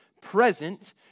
present